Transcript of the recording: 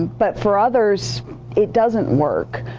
but for others it doesn't work.